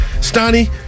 Stoney